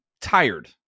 tired